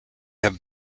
have